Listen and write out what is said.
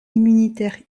immunitaire